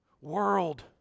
world